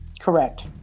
Correct